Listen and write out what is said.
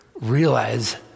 realize